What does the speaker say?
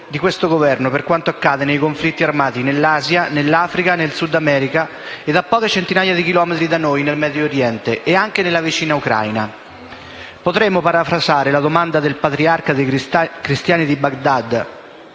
di questo Governo per quanto accade nei conflitti armati in Asia, Africa, Sudamerica, e a poche centinaia di chilometri da noi, nel Medio Oriente, e anche nella vicina Ucraina. Potremo parafrasare la domanda del patriarca dei cristiani di Baghdad